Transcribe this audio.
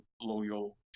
loyal